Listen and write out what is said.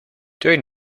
during